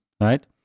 right